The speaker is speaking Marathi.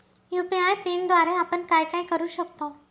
यू.पी.आय पिनद्वारे आपण काय काय करु शकतो?